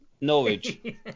norwich